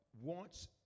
wants